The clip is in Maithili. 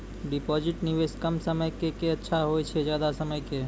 डिपॉजिट निवेश कम समय के के अच्छा होय छै ज्यादा समय के?